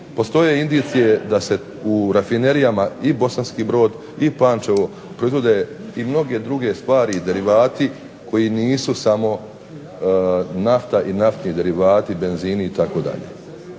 postoje indicije da se u rafinerijama i Bosanski Brod i Pančevo proizvode i mnoge druge stvari i derivati koji nisu samo nafta i naftni derivati, benzini itd.